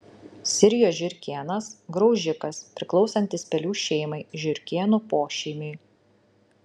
sirijos žiurkėnas graužikas priklausantis pelių šeimai žiurkėnų pošeimiui